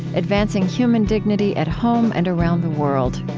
advancing human dignity at home and around the world.